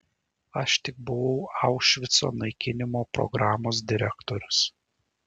aš tik buvau aušvico naikinimo programos direktorius